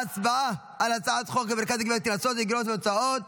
כי הצעת חוק המרכז לגביית קנסות, אגרות והוצאות